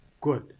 good